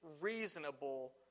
reasonable